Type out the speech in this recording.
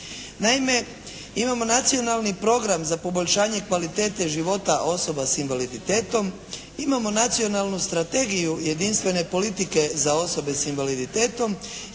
Naime imamo Nacionalni program za poboljšanje kvalitete života osoba sa invaliditetom. Imamo Nacionalnu strategiju jedinstvene politike za osobe sa invaliditetom